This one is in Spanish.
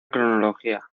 cronología